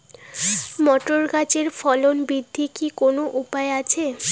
Motor গাছের ফলন বৃদ্ধির কি কোনো উপায় আছে?